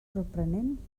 sorprenent